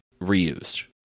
reused